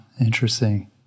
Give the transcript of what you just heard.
Interesting